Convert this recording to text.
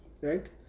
Right